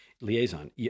liaison